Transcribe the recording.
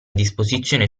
disposizione